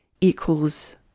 equals